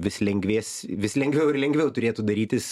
vis lengvės vis lengviau ir lengviau turėtų darytis